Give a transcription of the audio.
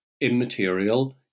immaterial